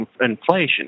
inflation